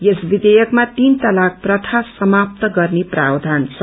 यस विषेयकमा तीन तलाक प्रथा समात गर्ने प्रावधान छ